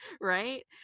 right